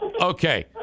okay